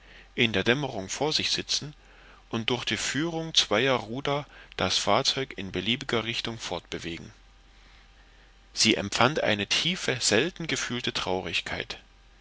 in der dämmerung vor sich sitzen und durch die führung zweier ruder das fahrzeug in beliebiger richtung fortbewegen sie empfand eine tiefe selten gefühlte traurigkeit